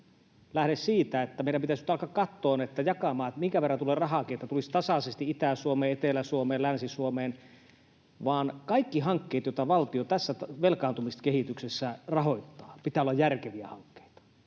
lähde siitä, että meidän pitäisi nyt alkaa katsomaan, minkä verran tulee rahaa minnekin, jakamaan niin, että tulisi tasaisesti Itä-Suomeen, Etelä-Suomeen, Länsi-Suomeen, vaan kaikkien hankkeiden, joita valtio tässä velkaantumiskehityksessä rahoittaa, pitää olla järkeviä hankkeita.